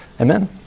Amen